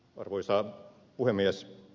arvoisa puhemies